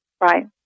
Right